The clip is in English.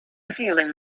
zealand